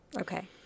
Okay